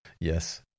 Yes